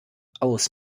aus